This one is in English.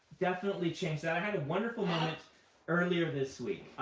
definitely changed that. i had a wonderful moment earlier this week,